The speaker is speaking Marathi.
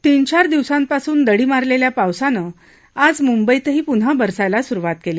तीन चार दिवसांपासून दडी मारलेल्या पावसानं आज मुंबईतही पुन्हा बरसायला सुरुवात केली